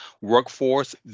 workforce